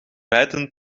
bijtend